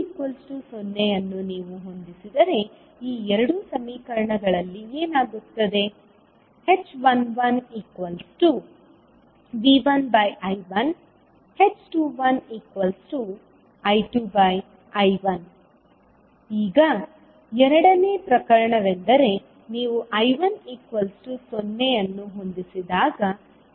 ಆದ್ದರಿಂದV2 0 ಅನ್ನು ನೀವು ಹೊಂದಿಸಿದರೆ ಈ ಎರಡು ಸಮೀಕರಣಗಳಲ್ಲಿ ಏನಾಗುತ್ತದೆ h11V1I1h21I2I1 ಈಗ ಎರಡನೇ ಪ್ರಕರಣವೆಂದರೆ ನೀವುI1 0 ಅನ್ನು ಹೊಂದಿಸಿದಾಗ